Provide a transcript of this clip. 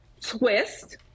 twist